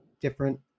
different